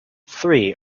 three